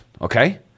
okay